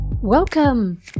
Welcome